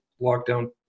lockdown